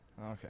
Okay